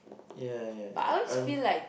yeah yeah yeah I don't know